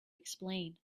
explain